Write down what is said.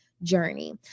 journey